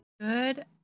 Good